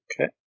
Okay